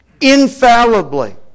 infallibly